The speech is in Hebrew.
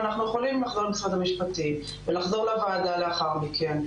ואנחנו יכולים לחזור למשרד המשפטים ולחזור לוועדה לאחר מכן,